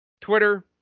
Twitter